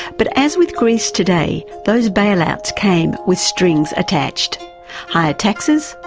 but as with greece today those bailouts came with strings attached higher taxes,